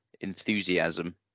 enthusiasm